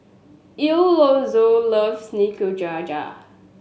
Elonzo loves Nikujaga